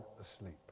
asleep